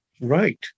right